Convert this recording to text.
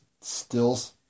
stills